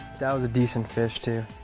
that was a decent fish, too.